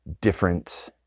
different